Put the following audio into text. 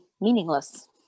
meaningless